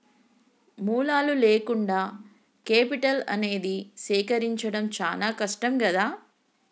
మూలాలు లేకుండా కేపిటల్ అనేది సేకరించడం చానా కష్టం గదా